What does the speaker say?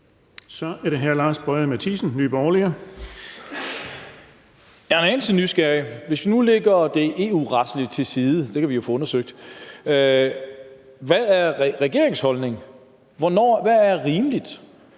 Kl. 14:38 Lars Boje Mathiesen (NB): Jeg er en anelse nysgerrig. Hvis vi nu lægger det EU-retlige til side – det kan vi jo få undersøgt – hvad er så regeringens holdning? Hvad er rimeligt?